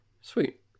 sweet